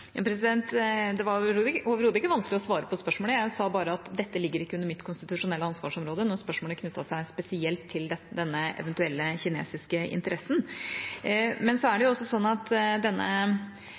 Det var overhodet ikke vanskelig å svare på spørsmålet. Jeg sa bare at dette ikke ligger under mitt konstitusjonelle ansvarsområde, når spørsmålet knyttet seg spesielt til denne eventuelle kinesiske interessen. Men så er det